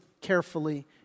carefully